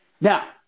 Now